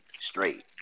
straight